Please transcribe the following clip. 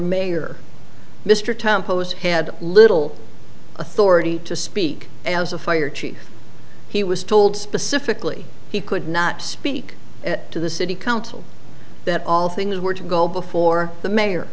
mayor mr tempo's had little authority to speak as a fire chief he was told specifically he could not speak to the city council that all things were to go before the mayor